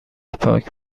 پاک